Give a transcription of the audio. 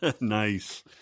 Nice